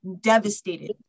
devastated